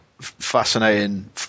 fascinating